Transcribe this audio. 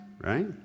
right